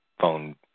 phone